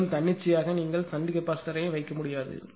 மேலும் தன்னிச்சையாக நீங்கள் ஷன்ட் கெபாசிட்டர் யை வைக்க முடியாது